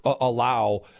allow